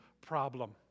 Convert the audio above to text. problem